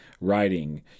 writing